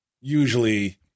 usually